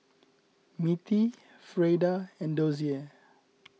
Mittie Freida and Dozier